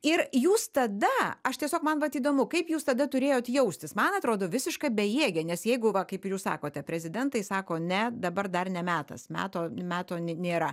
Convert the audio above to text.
ir jūs tada aš tiesiog man vat įdomu kaip jūs tada turėjot jaustis man atrodo visiška bejėgė nes jeigu va kaip ir jūs sakote prezidentai sako ne dabar dar ne metas meto meto nė nėra